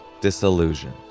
disillusioned